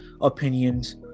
opinions